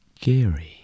scary